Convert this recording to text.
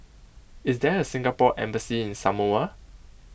is there a Singapore Embassy in Samoa